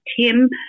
Tim